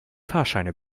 fahrscheine